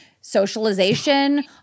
socialization